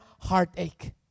heartache